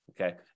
Okay